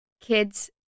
kids